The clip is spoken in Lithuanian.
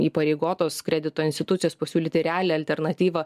įpareigotos kredito institucijos pasiūlyti realią alternatyvą